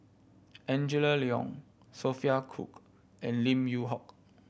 Angela Liong Sophia Cooke and Lim Yew Hock